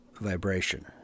vibration